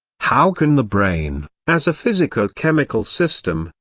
how can the brain, as a physico-chemical system,